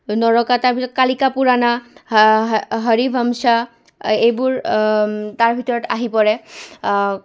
নৰকা তাৰ ভিতৰত কালিকা পুৰাণ হৰি ভামচা এইবোৰ তাৰ ভিতৰত আহি পৰে